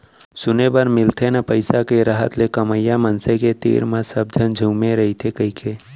सुने बर मिलथे ना पइसा के रहत ले कमवइया मनसे के तीर म सब झन झुमे रइथें कइके